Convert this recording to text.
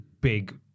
big